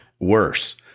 worse